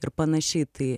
ir panašiai tai